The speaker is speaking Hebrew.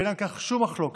ואין על כך שום מחלוקת,